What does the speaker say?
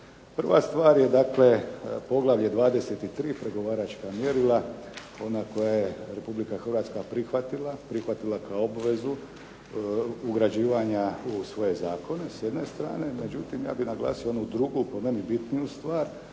Prva stvar je dakle poglavlje 23 – Pregovaračka mjerila, ona koja je Republika Hrvatska prihvatila kao obvezu ugrađivanja u svoje zakone s jedne strane. Međutim, ja bih naglasio onu drugu po meni bitniju stvar,